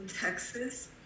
Texas